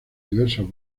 diversos